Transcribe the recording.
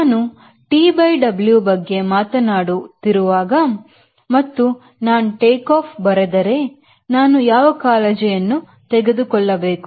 ನಾನು TW ಬಗ್ಗೆ ಮಾತನಾಡು ಮಾತನಾಡುತ್ತಿರುವ ಮತ್ತು ನಾನು ಟೇಕ್ ಬರೆದಬರೆದರೆ ನಾನು ಯಾವ ಕಾಳಜಿಯನ್ನು ತೆಗೆದುಕೊಳ್ಳಬೇಕು